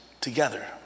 together